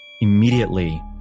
Immediately